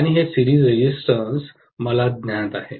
आणि हे series resistance मला ज्ञात आहे